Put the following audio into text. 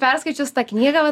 perskaičius tą knygą vat